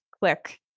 click